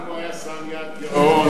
אם הוא היה שם יעד גירעון,